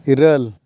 ᱤᱨᱟᱹᱞ